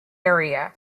area